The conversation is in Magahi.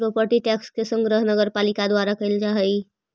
प्रोपर्टी टैक्स के संग्रह नगरपालिका द्वारा कैल जा हई